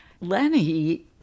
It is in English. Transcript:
Lenny